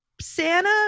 Santa